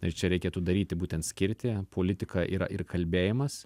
ir čia reikėtų daryti būtent skirti politika yra ir kalbėjimas